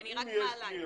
אבל אם יהיו פניות,